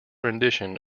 rendition